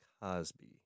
Cosby